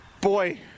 Boy